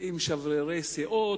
עם שברירי סיעות,